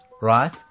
right